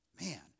man